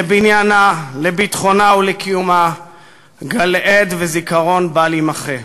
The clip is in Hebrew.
לבניינה, לביטחונה ולקיומה גלעד וזיכרון בל יימחה.